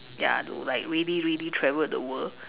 ya to like really really travel the world